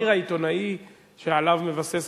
התחקיר העיתונאי שעליו מתבסס,